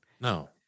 No